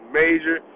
major